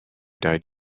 died